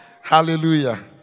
Hallelujah